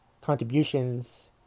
contributions